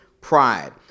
pride